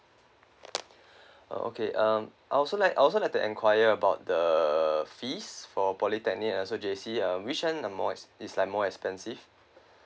okay um I also like I also like to enquire about the the fees for polytechnic and also J_C uh which one uh most ex~ it's like more expensive